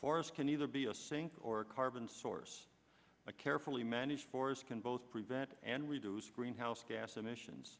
forest can either be a sink or a carbon source a carefully managed forest can both prevent and reduce greenhouse gas emissions